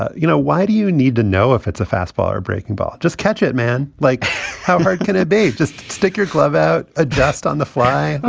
you know why do you need to know if it's a fastball or breaking ball just catch it man. like how hard can it be. just stick your glove out adjust on the fly.